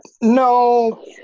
No